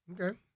Okay